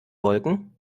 wolken